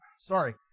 sorry